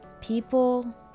People